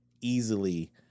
easily